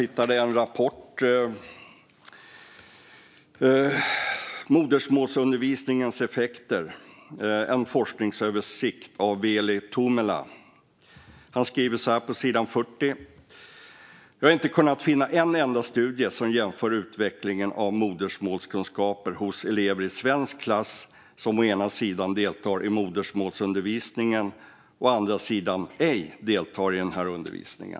I en rapport, Modersmålsundervisningen - en forskningsöversikt av Veli Tuomela, står det på sidan 40: "Jag har inte kunnat finna en enda studie som jämför utvecklingen av modersmålskunskaper hos elever i svensk klass som å ena sidan deltar i modersmålsundervisning, och å andra sidan ej deltar i denna undervisning."